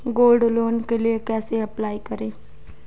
Gold loan के लिए कैसे अप्लाई करें?